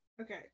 Okay